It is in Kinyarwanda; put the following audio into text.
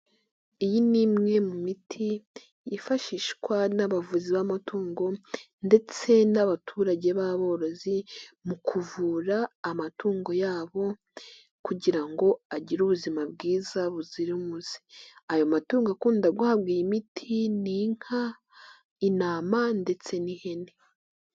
Iyi ni imwe mu miti yifashishwa n'abavuzi b'amatungo ndetse n'abaturage b'aborozi mu kuvura amatungo yabo kugira ngo agire ubuzima bwiza buzira umuze, ayo matungo akunda guhabwa iyi miti ni inka, intama ndetse n'ihene.